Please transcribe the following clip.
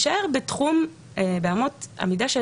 בשלב החקירה המשטרה רוצה לתפוס חומר,